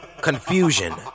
Confusion